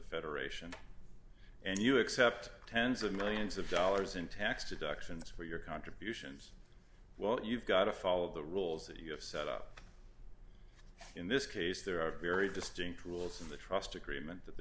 federation and you accept tens of millions of dollars in tax deductions for your contributions well you've got to follow the rules that you have set up in this case there are very distinct rules in the trust agreement that the